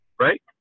right